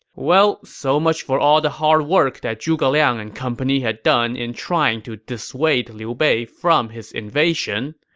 well, so much for all the hard work that zhuge liang and company had done in trying to dissuade liu bei from his invasion.